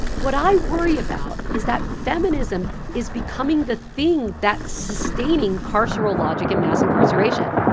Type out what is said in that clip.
what i worry about is that feminism is becoming the thing that's sustaining carceral logic and mass incarceration